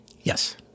Yes